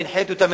והנחיתי אותם,